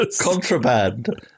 Contraband